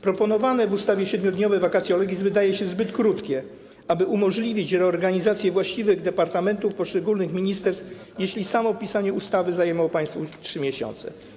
Proponowane w ustawie 7-dniowe vacatio legis wydaje się zbyt krótkie, aby umożliwić reorganizację właściwych departamentów poszczególnych ministerstw, jeśli samo pisanie ustawy zajęło państwu 3 miesiące.